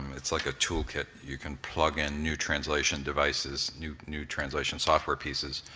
it's like a toolkit, you can plug in new translation devices, new new translation software pieces,